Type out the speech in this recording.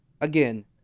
again